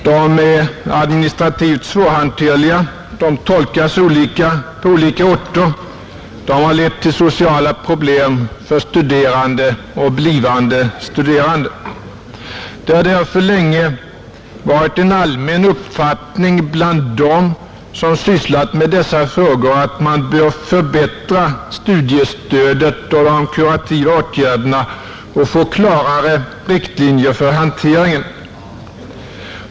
De är administrativt svårhanterliga, de tolkas olika på olika orter, de har lett till sociala problem för studerande och blivande studerande. Det har därför länge varit en allmän uppfattning bland dem som sysslat med dessa frågor att man bör förbättra studiestödet och de kurativa åtgärderna och få klarare riktlinjer för hanteringen.